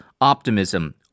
optimism